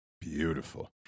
Beautiful